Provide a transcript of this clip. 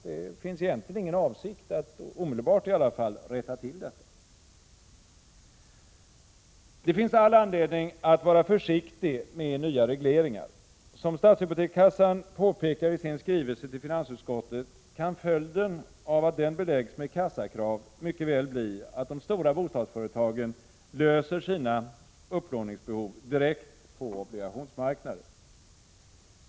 Det finns egentligen ingen avsikt att rätta till den, i alla fall inte omedelbart. Det finns all anledning att vara försiktig med nya regleringar. Som Stadshypotekskassan påpekar i sin skrivelse till finansutskottet kan följden av att den beläggs med kassakrav mycket väl bli att de stora bostadsföretagen löser sina upplåningsbehov direkt på obligationsmarknaden.